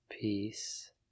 peace